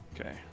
okay